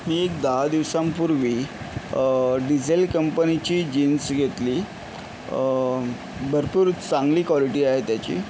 मी दहा दिवसांपूर्वी डिजेल कंपनीची जीन्स घेतली भरपूर चांगली कॉलेटी आहे त्याची